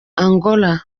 angola